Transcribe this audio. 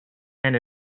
and